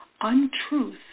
untruth